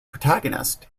protagonist